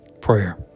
Prayer